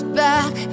back